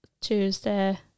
Tuesday